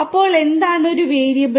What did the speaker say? അപ്പോൾ എന്താണ് ഒരു വേരിയബിൾ